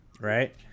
right